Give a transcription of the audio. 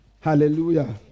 Hallelujah